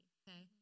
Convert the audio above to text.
okay